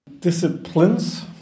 Disciplines